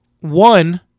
one